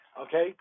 Okay